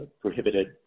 prohibited